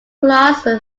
class